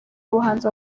abahanzi